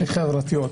הכי חברתיות,